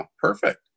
perfect